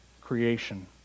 creation